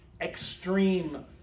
extreme